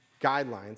guidelines